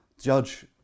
judge